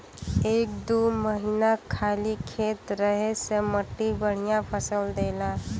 एक दू महीना खाली खेत रहे से मट्टी बढ़िया फसल देला